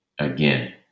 Again